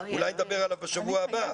אולי נדבר עליו בשבוע הבא,